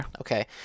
Okay